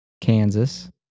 Kansas